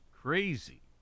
crazy